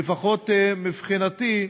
לפחות מבחינתי,